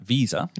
Visa